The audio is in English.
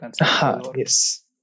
yes